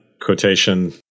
Quotation